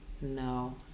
No